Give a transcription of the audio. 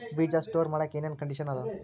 ಬೇಜ ಸ್ಟೋರ್ ಮಾಡಾಕ್ ಏನೇನ್ ಕಂಡಿಷನ್ ಅದಾವ?